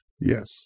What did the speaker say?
Yes